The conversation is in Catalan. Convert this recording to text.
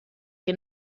que